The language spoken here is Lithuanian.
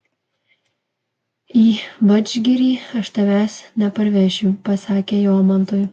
į vadžgirį aš tavęs neparvešiu pasakė jomantui